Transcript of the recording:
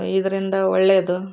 ಇದರಿಂದ ಒಳ್ಳೆಯದು